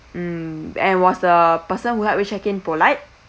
mm and was the person who helped you check in polite